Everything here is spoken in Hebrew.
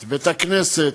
את בית-הכנסת,